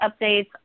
updates